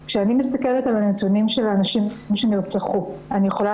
כשאני מסתכלת על הנתונים של הנשים שנרצחו אני יכולה